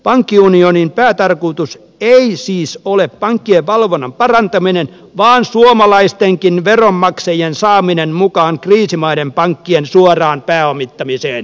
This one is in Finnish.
pankkiunionin päätarkoitus ei siis ole pankkien valvonnan parantaminen vaan suomalaistenkin veronmaksajien saaminen mukaan kriisimaiden pankkien suoraan pääomittamiseen pankkitukeen